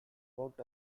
worked